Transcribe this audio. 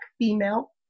female